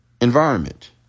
environment